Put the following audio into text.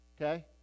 Okay